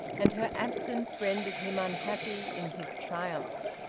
and her absence rendered him unhappy in his triumph.